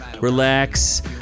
relax